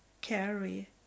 carry